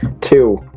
two